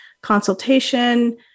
consultation